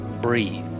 breathe